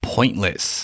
Pointless